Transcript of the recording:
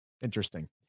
interesting